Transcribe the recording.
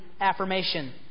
affirmation